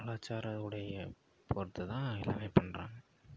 கலாச்சார உடைய பொறுத்துதான் எல்லாமே பண்ணுறாங்க